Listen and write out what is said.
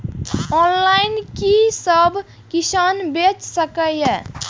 Online कि सब किसान बैच सके ये?